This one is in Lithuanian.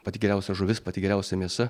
pati geriausia žuvis pati geriausia mėsa